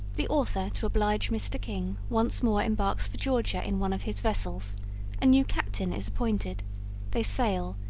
the author, to oblige mr. king, once more embarks for georgia in one of his vessels a new captain is appointed they sail,